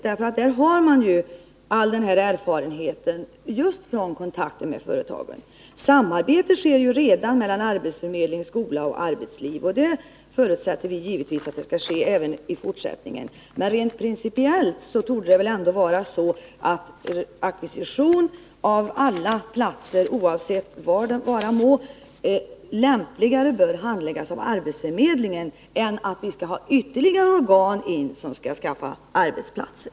Där har man ju mycket stor erfarenhet från just kontakter med företagen. Samarbete äger redan rum mellan arbetsförmedling, skola och arbetsliv. Och vi förutsätter givetvis att så skall ske även i fortsättningen. Men rent principiellt torde det vara lämpligare att ackvisitionerna av alla platser, oavsett var de må finnas, handläggs av arbetsförmedlingen än av ytterligare ett organ som skall skaffa arbetsplatser.